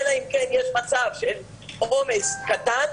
אלא אם כן יש מצב של עומס קטן,